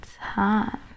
time